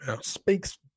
speaks